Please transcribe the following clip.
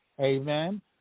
Amen